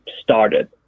started